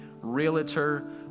realtor